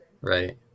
Right